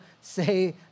say